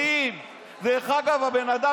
מאה אחוז,